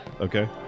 Okay